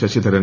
Sasidharan